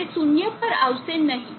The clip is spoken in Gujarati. તે શૂન્ય પર આવશે નહીં